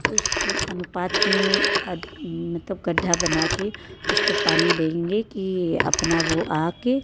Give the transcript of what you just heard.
उस अनुपात में मतलब गढ्ढा बनाके उसको पानी देंगे कि अपना वो आ के